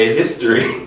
history